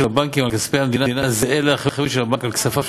הבנקים לכספי המדינה זהה לאחריות של הבנק לכספיו.